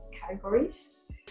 categories